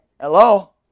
Hello